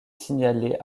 signalé